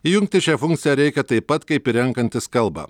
įjungti šią funkciją reikia taip pat kaip ir renkantis kalbą